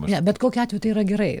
ne bet kokiu atveju tai yra gerai